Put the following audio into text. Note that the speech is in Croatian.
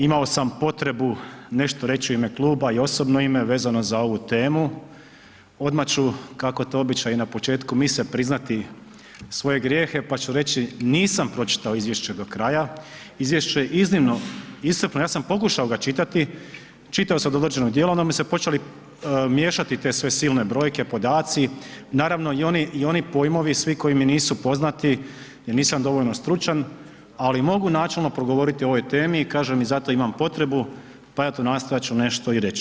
Imao sam potrebu nešto reći u ime kluba i osobno ime vezano za ovu temu, odmah ću kako je to običaj i na početku mise priznati svoje grijehe pa ću reći nisam pročitao izvješće do kraja, izvješće je iznimno iscrpno, ja sam pokušao ga čitati, čitao sam do određenog djela onda su mi se počele miješati te sve silne brojke, podaci, naravno i oni pojmovi svi koji mi nisu poznati jer nisam dovoljno stručan ali mogu načelno progovoriti o ovoj temi i kažem i zato imam potrebu pa eto nastojat ću nešto i reći.